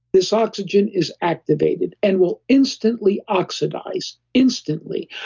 this oxygen is activated and will instantly oxidize, instantly.